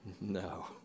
No